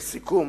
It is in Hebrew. לסיכום,